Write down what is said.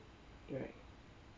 right